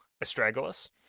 astragalus